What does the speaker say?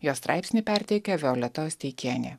jo straipsnį perteikė violeta osteikienė